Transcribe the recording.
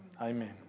Amen